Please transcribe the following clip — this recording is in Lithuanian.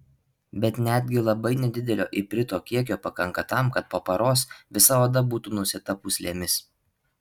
bet netgi labai nedidelio iprito kiekio pakanka tam kad po paros visa oda būtų nusėta pūslėmis